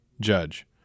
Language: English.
Judge